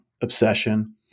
obsession